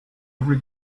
every